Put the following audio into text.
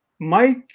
mike